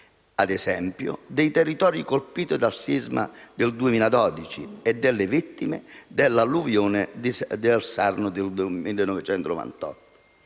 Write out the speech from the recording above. ad esempio - dei territori colpiti dal sisma del 2012 e delle vittime della alluvione del Sarno del 1998.